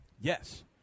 Yes